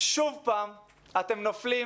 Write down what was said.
שוב פעם אתם נופלים